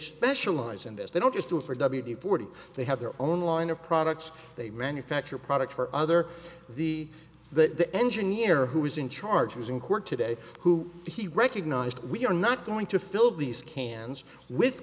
specialize in this they don't just do it for w d forty they have their own line of products they ran a factor products for other the that the engineer who is in charge was in court today who he recognized we're not going to fill these cans with